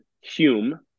hume